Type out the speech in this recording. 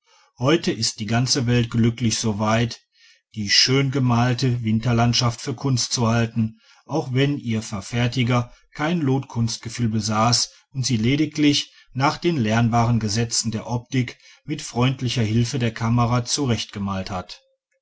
heute ist die ganze welt glücklich so weit die schön gemalte winterlandschaft für kunst zu halten auch wenn ihr verfertiger kein lot kunstgefühl besaß und sie lediglich nach den lernbaren gesetzen der optik mit freundlicher hilfe der kamera zurechtgemalt hat